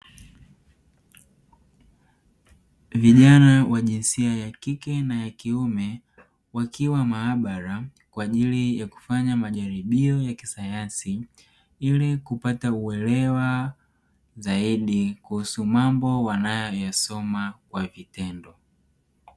Vijana wa jinsia ya kike na ya kiume wakiwa maabara kwa ajili ya kufanya majaribio ya kisayansi ili kupata uelewa zaidi kuhusu mambo wanayoyasoma kwa vitendo.